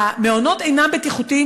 המעונות אינם בטיחותיים,